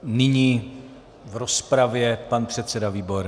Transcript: Nyní v rozpravě pan předseda Výborný.